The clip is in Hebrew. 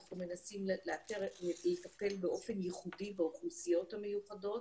אנחנו מנסים לטפל באופן ייחודי באוכלוסיות המיוחדות,